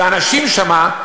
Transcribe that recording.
והאנשים שם,